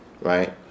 right